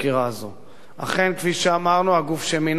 אכן, כפי שאמרנו, הגוף שמינה את ועדת החקירה